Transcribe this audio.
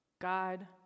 God